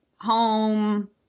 home